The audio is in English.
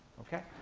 okay?